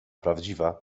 prawdziwa